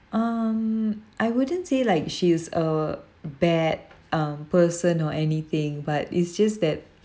um I wouldn't say like she is a bad um person or anything but it's just that